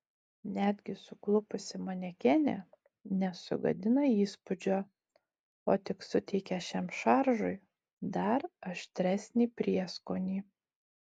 netgi suklupusi manekenė nesugadina įspūdžio o tik suteikia šiam šaržui dar aštresnį prieskonį